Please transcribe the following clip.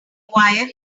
wire